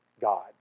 God